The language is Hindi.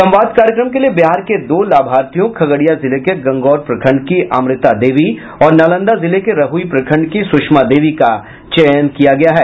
संवाद कार्यक्रम के लिए बिहार के दो लाभार्थियों खगड़िया जिले के गंगौर प्रखंड की अमृता देवी और नालंदा जिले के रहुई प्रखंड की सुषमा देवी का चयन किया गया है